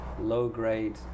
low-grade